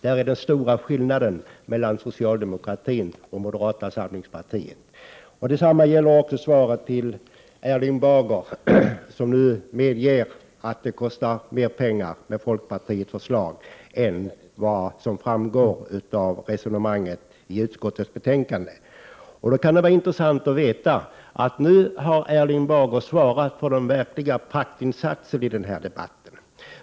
Där är den stora skillnaden mellan socialdemokratin och moderata samlingspartiet. Det är också svaret till Erling Bager, som nu medger att det kostar mer pengar med folkpartiets förslag än vad som framgår av resonemanget i utskottets betänkande. Det är intressant att notera hur Erling Bager har svarat för den verkliga praktinsatsen i den här debatten.